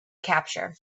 capture